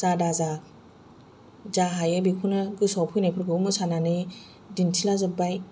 जादा जा जा हायो बेखौनो गोसोआव फैनायफोरखौ मोसानानै दिन्थिलाजोबबाय